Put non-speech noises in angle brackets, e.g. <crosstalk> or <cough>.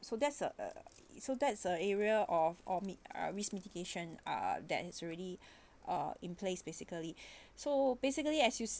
so that's uh so that's a area of omit uh risk mitigation uh that has already <breath> uh in place basically <breath> so basically as you